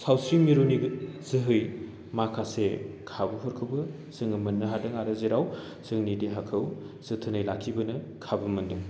सावस्रि मिरुनि जोहै माखासे खाबुफोरखौबो जोङो मोन्नो हादों आरो जेराव जोंनि देहाखौ जोथोनै लाखिबोनो खाबु मोन्दों